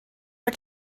for